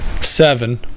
Seven